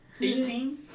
Eighteen